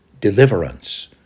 deliverance